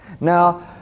Now